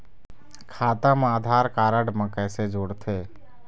खाता मा आधार कारड मा कैसे जोड़थे?